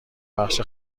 بخش